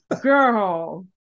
Girl